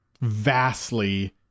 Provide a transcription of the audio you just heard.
vastly